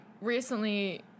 recently